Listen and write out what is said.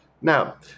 Now